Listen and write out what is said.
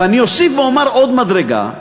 ואני אוסיף ואומר עוד מדרגה,